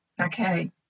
Okay